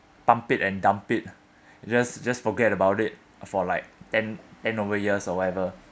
pumped it and dumped it just just forget about it for like ten ten over years or whatever